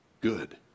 good